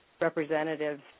representatives